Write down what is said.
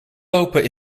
lopen